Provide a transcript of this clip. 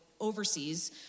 overseas